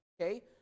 okay